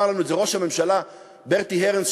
אמר לנו את זה ראש הממשלה ברטי אהרן,